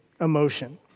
emotion